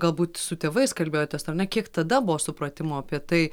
galbūt su tėvais kalbėjotės ar ne kiek tada buvo supratimo apie tai